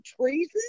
treason